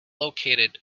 located